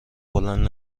بلند